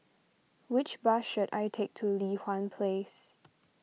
which bus should I take to Li Hwan Place